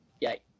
Yay